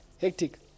Hectic